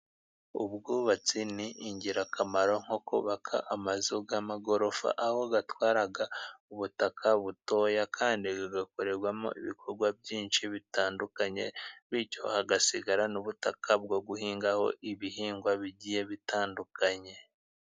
Ubwubatsi ni ingirakamaro nko kubaka amazu y'amagorofa aho atwara ubutaka butoya kandi bigakorerwamo ibikorwa byinshi bitandukanye, bityo hagasigara n'ubutaka bwo guhingaho ibihingwa bigiye bitandukanye.